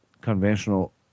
conventional